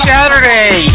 Saturday